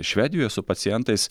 švedijoje su pacientais